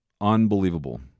unbelievable